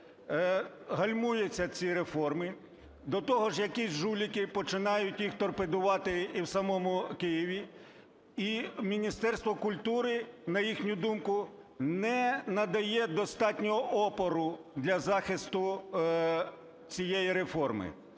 гальмуються ці реформи. До того ж якісь жуліки починають їх торпедувати і в самому Києві, і Міністерство культури, на їхню думку, не надає достатньо опору для захисту цієї реформи.